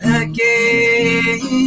again